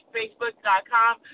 facebook.com